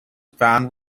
found